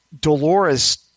Dolores